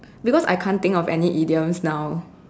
because I can't think of any idioms now